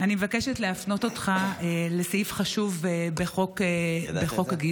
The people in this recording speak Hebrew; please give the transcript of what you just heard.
אני מבקשת להפנות אותך לסעיף חשוב בחוק הגיוס,